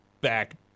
back